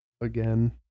again